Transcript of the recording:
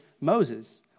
Moses